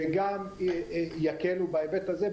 שגם יקלו בהיבט הזה,